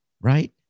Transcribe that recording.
right